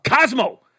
Cosmo